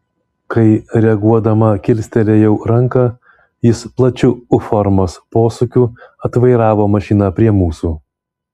kai reaguodama kilstelėjau ranką jis plačiu u formos posūkiu atvairavo mašiną prie mūsų